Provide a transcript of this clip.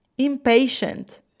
impatient